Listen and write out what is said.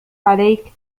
عليك